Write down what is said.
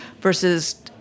versus